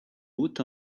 butt